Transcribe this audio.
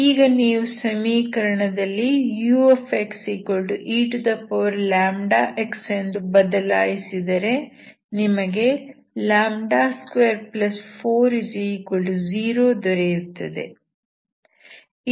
ಈಗ ನೀವು ಸಮೀಕರಣದಲ್ಲಿ uxeλx ಎಂದು ಬದಲಾಯಿಸಿದರೆ ನಿಮಗೆ 240 ದೊರೆಯುತ್ತದೆ